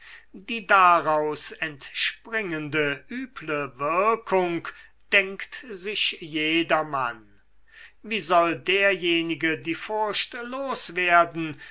die daraus entspringende üble wirkung denkt sich jedermann wie soll derjenige die